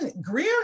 Greer